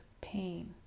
pain